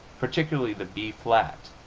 particularly the b flat,